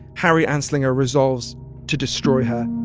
harry anslinger resolves to destroy her